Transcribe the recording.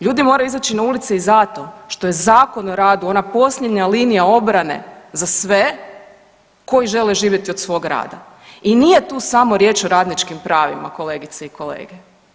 Ljudi moraju izaći na ulice i zato što je Zakon o radu ona posljednja linija obrane za sve koji žele živjeti od svog rada i nije tu samo riječ o radničkim pravima, kolegice i kolege.